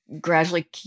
gradually